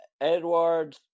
Edward